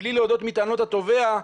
מבלי להודות בטענות התובע,